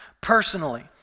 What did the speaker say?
Personally